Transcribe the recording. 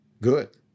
Good